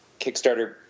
Kickstarter